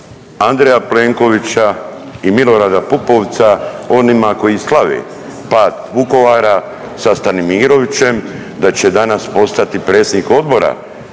Andreja Plenkovića i Milorada Pupovca onima koji slave pad Vukovara sa Stanimirovićem, da će danas postati predsjednik odbora